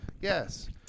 Yes